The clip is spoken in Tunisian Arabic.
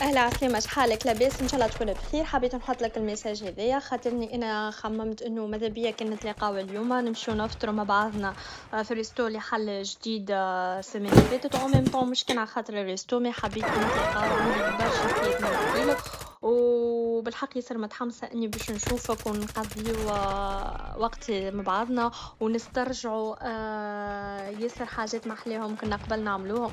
اهلا عسلامه اشحالك لباس نشالله تكون بخير حبيب نحطلك لميساج هذيه خاطرني انا خممت مذابيا مان نتلاقاو ليوم نمشيو نفطرو مع بعضنا فالريسطو لي حل جديد السمانه لي فاتت امامطن ميش على خاطر الرسطو حبيت نتلاقاو عندي برشه حكايات منحكيلك و بالحق باسر متحمسه باش نشوفك و نقضيو وقت مع بعضنا و نسترجعو ياسر حاجات محلاهم قبل نعملوهم